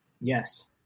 Yes